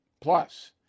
Plus